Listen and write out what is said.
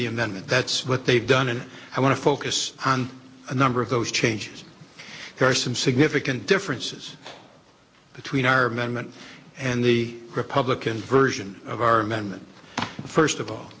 amendment that's what they've done and i want to focus on a number of those changes there are some significant differences between our amendment and the republican version of our memon first of all